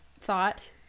thought